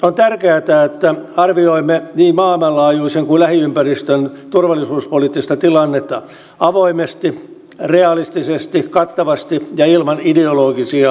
on tärkeätä että arvioimme niin maailmanlaajuisen kuin lähiympäristön turvallisuuspoliittista tilannetta avoimesti realistisesti kattavasti ja ilman ideologisia silmälaseja